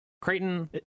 Creighton